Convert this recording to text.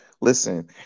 Listen